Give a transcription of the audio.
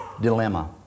dilemma